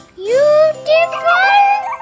beautiful